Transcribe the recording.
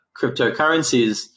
cryptocurrencies